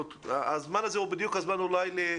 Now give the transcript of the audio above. אני חושב שהזמן הזה הוא בדיוק הזמן להדגיש